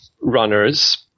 runners